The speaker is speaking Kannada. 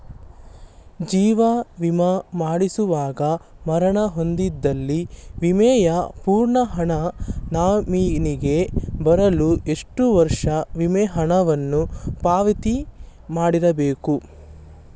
ಜೀವ ವಿಮಾ ಮಾಡಿಸಿದಾಗ ಮರಣ ಹೊಂದಿದ್ದಲ್ಲಿ ವಿಮೆಯ ಪೂರ್ಣ ಹಣ ನಾಮಿನಿಗೆ ಬರಲು ಎಷ್ಟು ವರ್ಷ ವಿಮೆ ಹಣವನ್ನು ಪಾವತಿ ಮಾಡಿರಬೇಕು?